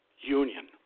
union